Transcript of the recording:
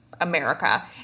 America